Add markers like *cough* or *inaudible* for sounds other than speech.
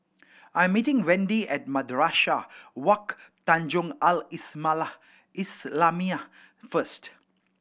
I am meeting Wendi at Madrasah Wak Tanjong Al *unintelligible* islamiah first